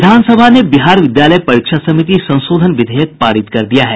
विधानसभा ने बिहार विद्यालय परीक्षा समिति संशोधन विधेयक पारित कर दिया है